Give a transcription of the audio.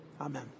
amen